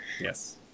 Yes